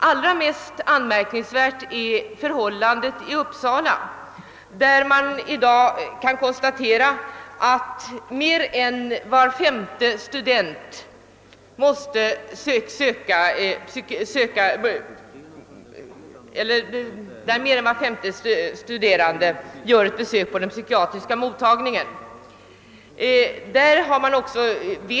Allra mest anmärkningsvärt är detta förhållande i Uppsala, där man i dag kan konstatera att mer än var femte studerande gör ett besök på den psykiatriska mottagningen.